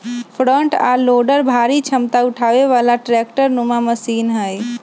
front आ loader भारी क्षमता उठाबे बला ट्रैक्टर नुमा मशीन हई